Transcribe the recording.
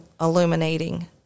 illuminating